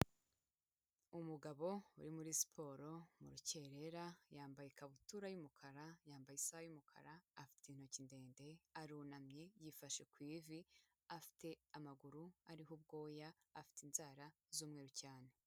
Umugabo uri muri siporo mu rukerera, yambaye ikabutura y'umukara, yambaye isaha y'umukara ,afite intoki ndende, arunamye yifashe ku ivi, afite amaguru ariho ubwoya, afite inzara z'umweru cyane.